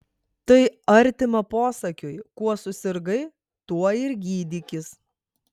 tai artima posakiui kuo susirgai tuo ir gydykis